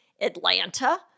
Atlanta